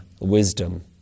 wisdom